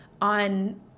on